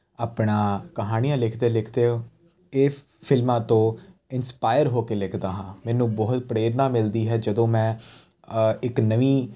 ਆਪਣਾ ਕਹਾਣੀਆਂ ਲਿਖਦੇ ਲਿਖਦੇ ਓ ਇਹ ਫਿਲਮਾਂ ਤੋਂ ਇੰਸਪਾਇਰ ਹੋ ਕੇ ਲਿਖਦਾ ਹਾਂ ਮੈਨੂੰ ਬਹੁਤ ਪ੍ਰੇਰਨਾ ਮਿਲਦੀ ਹੈ ਜਦੋਂ ਮੈਂ ਇੱਕ ਨਵੀਂ